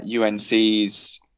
UNC's